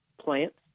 plants